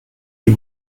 die